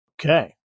Okay